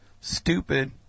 Stupid